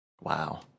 Wow